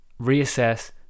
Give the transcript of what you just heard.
reassess